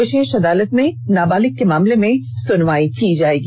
विषेष अदालत में नाबालिग के मामले में सुनवाई की जाएगी